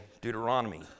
Deuteronomy